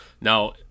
now